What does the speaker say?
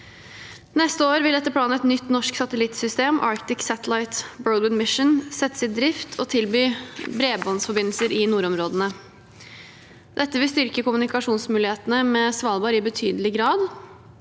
Neste år vil etter planen et nytt norsk satellittsystem, Arctic Satellite Broadband Mission, settes i drift og tilby bredbåndsforbindelser i nordområdene. Dette vil styrke kommunikasjonsmulighetene med Svalbard i betydelig grad.